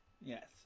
Yes